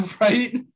right